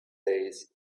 days